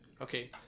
Okay